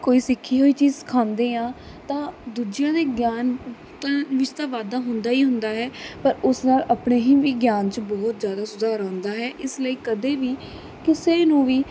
ਕੋਈ ਸਿੱਖੀ ਹੋਈ ਚੀਜ਼ ਸਿਖਾਉਂਦੇ ਹਾਂ ਤਾਂ ਦੂਜਿਆਂ ਦੇ ਗਿਆਨ ਤਾਂ ਵਿੱਚ ਤਾਂ ਵਾਧਾ ਹੁੰਦਾ ਹੀ ਹੁੰਦਾ ਹੈ ਪਰ ਉਸ ਨਾਲ ਆਪਣੇ ਹੀ ਵੀ ਗਿਆਨ 'ਚ ਬਹੁਤ ਜ਼ਿਆਦਾ ਸੁਧਾਰ ਆਉਂਦਾ ਹੈ ਇਸ ਲਈ ਕਦੇ ਵੀ ਕਿਸੇ ਨੂੰ ਵੀ